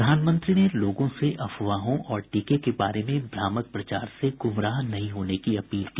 प्रधानमंत्री ने लोगों से अफवाहों और टीके के बारे में भ्रामक प्रचार से गुमराह नहीं होने की अपील की